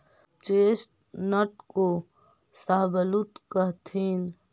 chestnut को शाहबलूत कहथीन